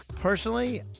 Personally